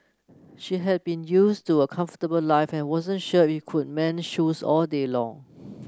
she had been used to a comfortable life and wasn't sure could mend shoes all day long